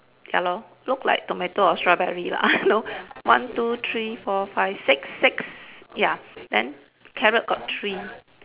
ya lor look like tomato or strawberry lah I don't know one two three four five six six ya then carrot got three